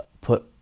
put